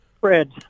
Fred